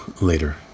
later